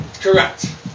Correct